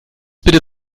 bitte